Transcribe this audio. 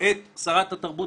את שרת התרבות,